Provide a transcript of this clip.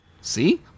See